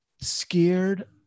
scared